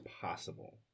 possible